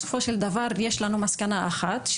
בסופו של דבר יש לנו מסקנה אחת,